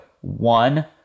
one